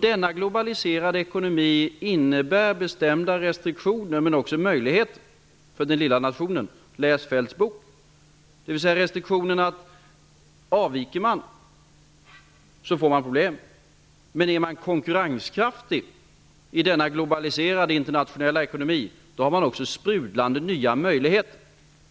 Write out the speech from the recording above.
Denna globaliserade ekonomi innebär bestämda restriktioner men också möjligheter för den lilla nationen. Läs Feldts bok! Om man avviker får man problem, men om man är konkurrenskraftig i denna globaliserade internationella ekonomi har man också sprudlande nya möjligheter